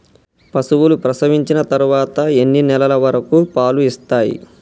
పశువులు ప్రసవించిన తర్వాత ఎన్ని నెలల వరకు పాలు ఇస్తాయి?